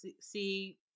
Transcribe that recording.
see